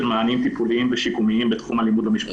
מענים טיפוליים ושיקומיים בתחום האלימות במשפחה.